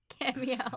cameo